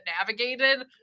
navigated